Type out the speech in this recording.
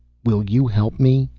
will you help me?